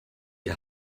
you